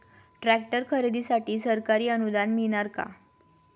Tractor खरेदीसाठी सरकारी अनुदान मिळणार का?